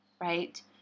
right